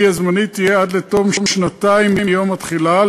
הזמני תהיה עד לתום שנתיים מיום התחילה.